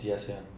D_S_A [one]